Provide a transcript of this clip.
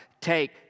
take